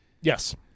Yes